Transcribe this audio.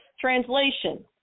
Translation